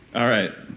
all right.